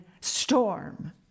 storm